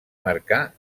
marcà